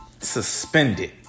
suspended